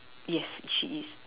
yes she is